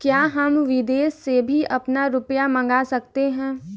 क्या हम विदेश से भी अपना रुपया मंगा सकते हैं?